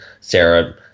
Sarah